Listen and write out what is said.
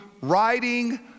riding